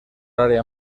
área